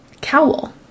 Cowl